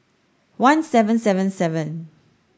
one seven seven seven